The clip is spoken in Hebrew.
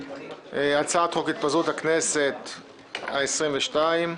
הצעת חוק התפזרות הכנסת העשרים ושתיים,